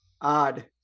odd